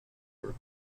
were